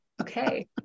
okay